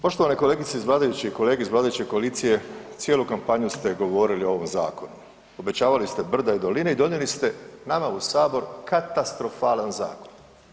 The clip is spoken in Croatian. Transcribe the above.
Poštovane kolegice iz vladajuće i kolege iz vladajuće koalicije cijelu kampanju ste govorili o ovom zakonu, obećavali ste brda i doline i donijeli ste nama u sabor katastrofalan zakon.